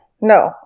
No